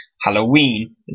Halloween